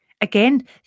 Again